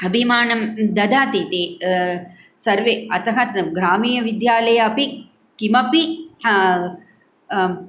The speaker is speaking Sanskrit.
अभिमानं दधाति ते सर्वे अतः ग्रामीयविद्यालय अपि किमपि